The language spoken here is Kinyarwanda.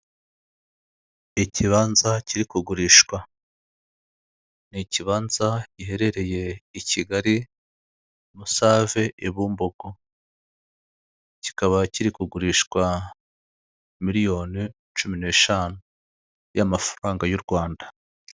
Ikibanza kiri kugurishwa. Ni ikibanza giherereye i Kigali, Musave i Bumbogo, kikaba kiri kugurishwa miliyoni cumi n'eshanu y'amafaranga y'u Rwanda.